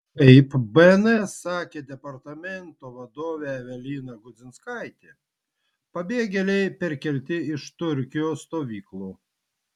kaip bns sakė departamento vadovė evelina gudzinskaitė pabėgėliai perkelti iš turkijos stovyklų